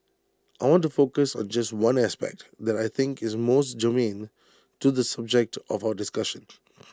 I want to focus on just one aspect that I think is most germane to the subject of our discussion